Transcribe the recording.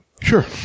sure